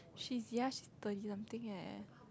she's ya she's thirty something eh